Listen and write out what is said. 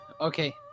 Okay